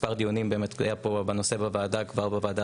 מספר דיונים באמת היו פה בנושא בוועדה כבר בוועדה